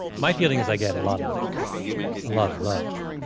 my feeling is i get a lot of a lot of love.